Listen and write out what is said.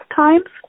times